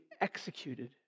executed